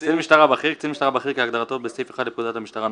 ""קצין משטרה בכיר" קצין משטרה בכיר כהגדרתו בסעיף 1 לפקודת המשטרה ,